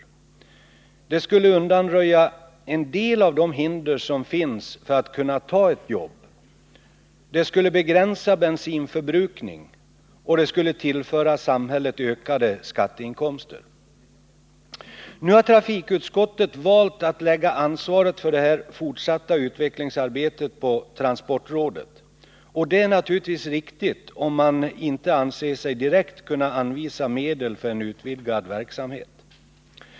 59 Det skulle undanröja en del av de hinder som finns för att kunna ta ett jobb, det skulle begränsa bensinförbrukningen och det skulle tillföra samhället ökade skatteinkomster. Nu har trafikutskottet valt att lägga ansvaret för det fortsatta utvecklingsarbetet på transportrådet. Och det är naturligtvis riktigt om man inte anser sig direkt kunna anvisa medel för en utvidgad verksamhet.